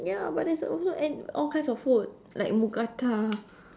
ya but there's also and all kinds of food like mookata